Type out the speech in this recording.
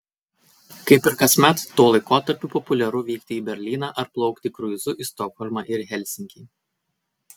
kaip ir kasmet tuo laikotarpiu populiaru vykti į berlyną ar plaukti kruizu į stokholmą ir helsinkį